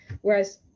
whereas